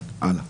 הלאה.